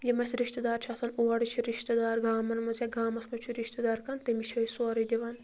یِم اَسہِ رِشتہٕ دار چھِ آسان اورٕ چھِ رِشتہٕ دار گامَن منٛز یا گامَس منٛز چھُ رِشتہٕ دار کانٛہہ تٔمِس چھِ أسۍ سورُے دِوان